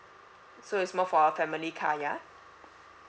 so it's more for a family car ya